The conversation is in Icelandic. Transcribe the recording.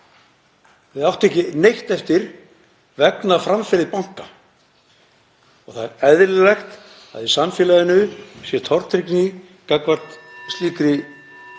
Þau áttu ekki neitt eftir vegna framferðis banka og það er eðlilegt að í samfélaginu sé tortryggni gagnvart